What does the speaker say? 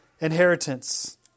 inheritance